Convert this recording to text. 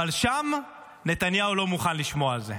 אבל שם נתניהו לא מוכן לשמוע על זה?